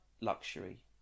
luxury